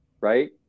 right